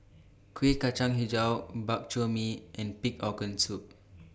Kueh Kacang Hijau Bak Chor Mee and Pig Organ Soup